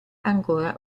ancora